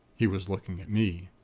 he was looking at me.